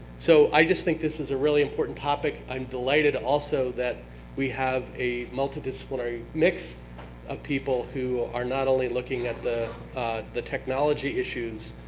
so i just think this is a really important topic. i'm delighted, also, that we have a multidisciplinary mix of people who are not only looking at the the technology issues,